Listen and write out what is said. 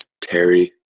Terry